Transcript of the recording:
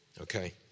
Okay